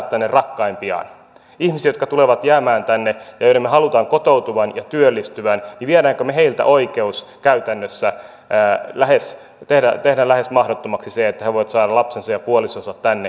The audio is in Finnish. viemmekö me ihmisiltä jotka tulevat jäämään tänne ja joiden me haluamme kotoutuvan ja työllistyvän oikeuden käytännössä teemme sen lähes mahdottomaksi että he voivat saada lapsensa ja puolisonsa tänne